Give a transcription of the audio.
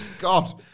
God